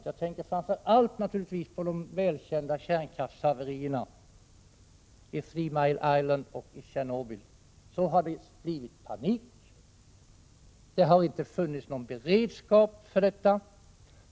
Jag tänker framför allt på de välkända kärnkraftshaverierna i Three Mile Island och Tjernobyl. Det har blivit panik. Det har inte funnits någon beredskap.